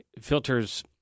filters